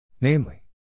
Namely